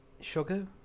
Sugar